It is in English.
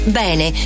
bene